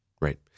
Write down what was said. right